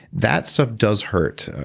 that stuff does hurt.